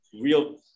real